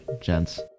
gents